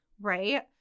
right